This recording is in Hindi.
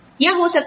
या हो सकता है